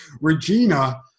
Regina